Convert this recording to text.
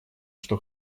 что